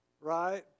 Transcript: right